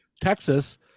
Texas